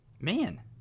man